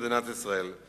מאשר לעמדות מדינת ישראל.